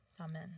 amen